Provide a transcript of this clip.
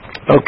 Okay